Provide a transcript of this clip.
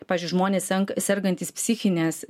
pavyzdžiui žmonės sen sergantys psichinės